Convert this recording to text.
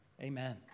amen